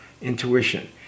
intuition